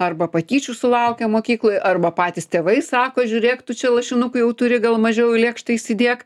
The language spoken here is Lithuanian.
arba patyčių sulaukia mokykloj arba patys tėvai sako žiūrėk tu čia lašinukų jau turi gal mažiau į lėkštę įsidėk